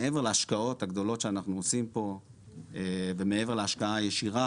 מעבר להשקעות הגדולות שאנחנו עושים פה ומעבר להשקעה הישירה